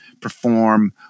perform